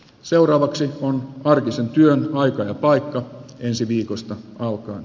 seuraavaksi on arkisen työn aika ja paikka ensi viikosta alkaen